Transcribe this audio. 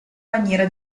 maniera